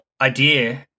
idea